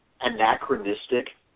anachronistic